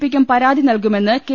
പിക്കും പരാതി നൽകുമെന്ന് കെ